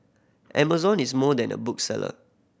Amazon is more than a bookseller